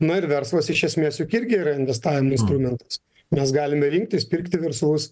na ir verslas iš esmės juk irgi yra investavimo instrumentas mes galime rinktis pirkti verslus